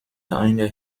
einer